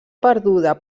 perduda